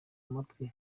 matwi